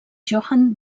johann